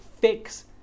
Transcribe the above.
fix